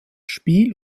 spiel